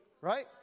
Right